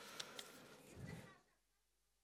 אחרי הרצח הם רוצים לפנות.